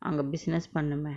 அங்க:anga business பண்னுமே:pannume